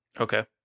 Okay